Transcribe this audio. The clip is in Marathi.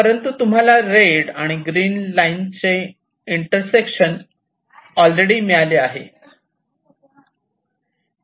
परंतु तुम्हाला रेड आणि ग्रीन लाईनचे इंटरसेक्शन ऑल रेडी मिळालेले आहे